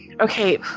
Okay